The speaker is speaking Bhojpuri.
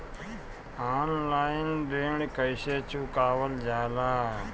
ऑनलाइन ऋण कईसे चुकावल जाला?